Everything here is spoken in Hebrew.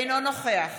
אינו נוכח